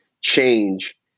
change